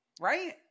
Right